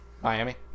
Miami